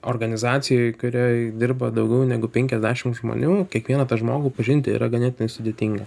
organizacijoj kurioj dirba daugiau negu penkiasdešim žmonių kiekvieną tą žmogų pažinti yra ganėtinai sudėtinga